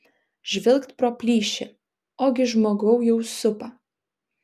žvilgt pro plyšį ogi žmogau jau supa